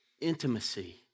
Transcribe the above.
intimacy